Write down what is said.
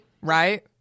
Right